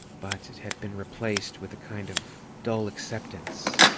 but it had been replaced with a kind of dull acceptance.